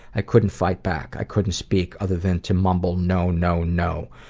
i couldn't fight back, i couldn't speak, other than to mumble no, no, no.